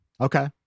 okay